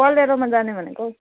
बोलेरोमा जाने भनेको हौ